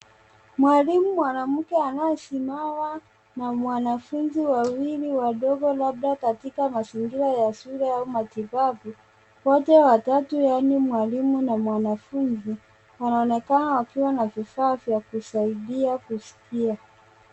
Mwalimu mwanamke anayesimama na mwanafunzi wawili wadogo labda katika mazingira ya shule au matibabu. Wote watatu moja ni mwalimu na mwanafunzi. Anaonekana wakiwa na vifaa vya kusaidia kuskia.